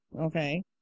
Okay